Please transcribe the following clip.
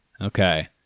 okay